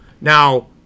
Now